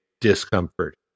discomfort